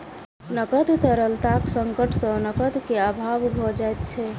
नकद तरलताक संकट सॅ नकद के अभाव भ जाइत छै